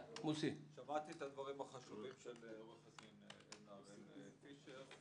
שמעתי את הדברים החשובים של עו"ד עדנה הראל פישר.